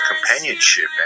companionship